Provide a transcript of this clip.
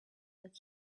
that